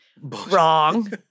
wrong